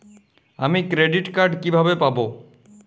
আমি credit card কিভাবে পাবো?